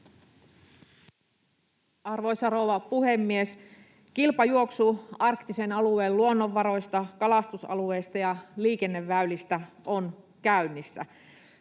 Arvoisa rouva puhemies! Kilpajuoksu arktisen alueen luonnonvaroista, kalastusalueista ja liikenneväylistä on käynnissä.